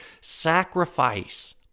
sacrifice